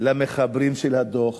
למחברים של הדוח